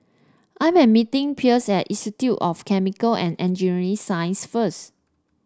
I am meeting Pierce at Institute of Chemical and Engineering Sciences first